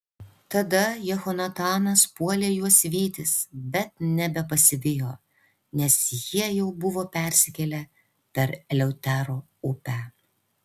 tada jehonatanas puolė juos vytis bet nebepasivijo nes jie jau buvo persikėlę per eleutero upę